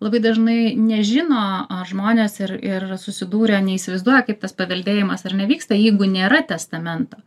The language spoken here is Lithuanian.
labai dažnai nežino a žmonės ir ir susidūrę neįsivaizduoja kaip tas paveldėjimas ar ne vyksta jeigu nėra testamento